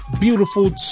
beautiful